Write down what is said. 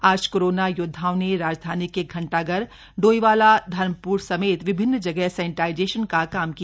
आज कोरोना योद्वाओं ने राजधानी के घंटाघर डोईवाला धर्मपुर समेत विभिन्न जगह सैनिटाइजेशन का काम किया